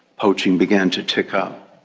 poaching began to tick up.